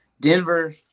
Denver